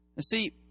See